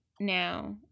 now